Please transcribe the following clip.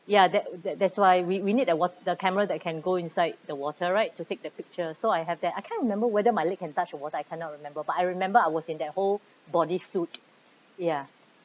ya that that that's why we we need the wat~ the camera that can go inside the water right to take the picture so I have that I can't remember whether my leg can touch the water I cannot remember but I remember I was in that whole body suit ya